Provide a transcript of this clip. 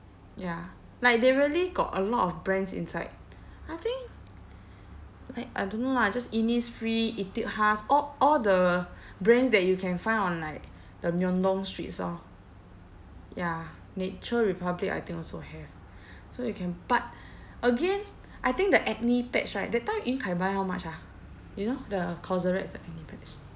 ya like they really got a lot of brands inside I think like I don't know lah just Innisfree Etude House all all the brands that you can find on like the Myeong-dong streets lor ya Nature Republic I think also have so you can but again I think the acne patch right that time yun kai buy how much ah you know the cosrx the acne patch